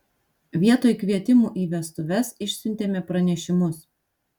vietoj kvietimų į vestuves išsiuntėme pranešimus